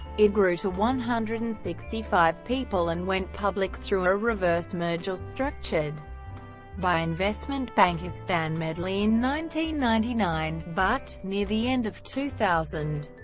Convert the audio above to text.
it grew to one hundred and sixty five people and went public through a reverse merger structured by investment banker stan medley in ninety ninety nine, but, near the end of two thousand,